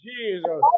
Jesus